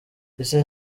ese